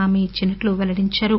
హామీ ఇచ్చినట్లు వెల్లడించారు